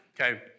Okay